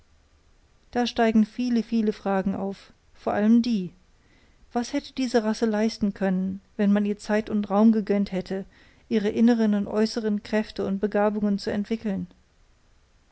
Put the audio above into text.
da steigen viele viele fragen auf vor allem die was hätte diese rasse leisten können wenn man ihr zeit und raum gegönnt hätte ihre inneren und äußeren kräfte und begabungen zu entwickeln